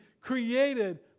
created